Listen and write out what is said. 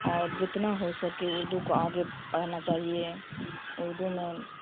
اور جتنا ہو سکے اردو کو آگے پڑھنا چاہیے اردو میں